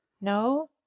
No